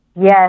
Yes